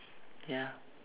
ya